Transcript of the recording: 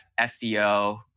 SEO